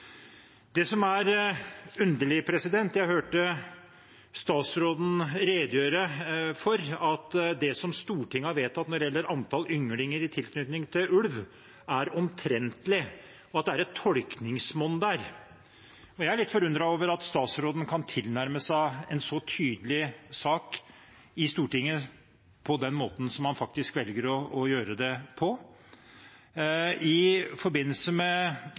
Det som er underlig, er at jeg hørte statsråden redegjøre for at det som Stortinget har vedtatt når det gjelder antall ynglinger i tilknytning til ulv, er omtrentlig, at det er et tolkningsmonn der. Jeg er litt forundret over at statsråden kan tilnærme seg en så tydelig sak i Stortinget på den måten han faktisk velger å gjøre det. I forbindelse med